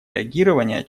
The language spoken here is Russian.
реагирования